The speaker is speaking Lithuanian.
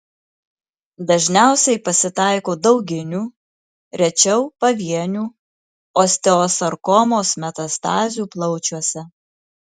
dažniausiai pasitaiko dauginių rečiau pavienių osteosarkomos metastazių plaučiuose